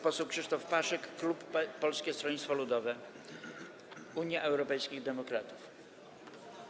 Poseł Krzysztof Paszyk, klub Polskiego Stronnictwa Ludowego - Unii Europejskich Demokratów.